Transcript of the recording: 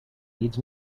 needs